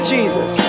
Jesus